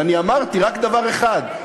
ואני אמרתי רק דבר אחד: